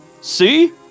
See